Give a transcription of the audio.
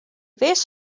wis